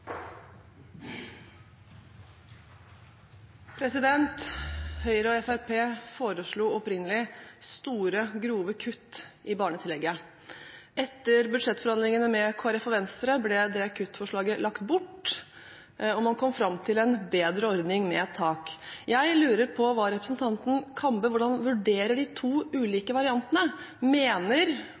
foreslo opprinnelig store og grove kutt i barnetillegget. Etter budsjettforhandlingene med Kristelig Folkeparti og Venstre ble det kuttforslaget lagt bort, og man kom fram til en bedre ordning med tak. Jeg lurer på hvordan representanten Kambe vurderer de to ulike variantene. Mener